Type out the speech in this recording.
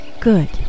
Good